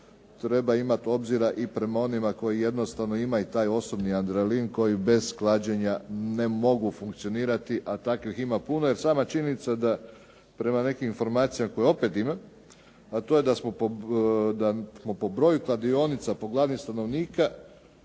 treba imati obzira i prema onima koji jednostavno imaju taj osobni adrenalin koji bez klađenja ne mogu funkcionirati a takvih ima puno jer sama činjenica da prema informacijama koje opet imam a to je da smo po broju kladionica po glavi stanovnika